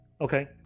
okay